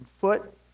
foot